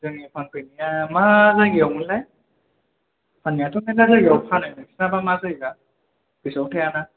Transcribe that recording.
जोंनि फानफैनाया मा जायगायावमोनलाय फाननायाथ' मेरला जायगायाव फानो नोंसिनाबा मा जायगा गोसोयाव थाया ना